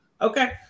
Okay